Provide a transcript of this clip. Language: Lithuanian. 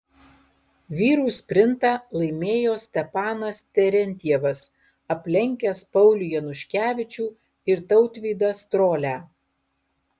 vyrų sprintą laimėjo stepanas terentjevas aplenkęs paulių januškevičių ir tautvydą strolią